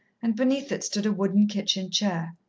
and beneath it stood a wooden kitchen chair.